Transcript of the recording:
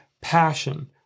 passion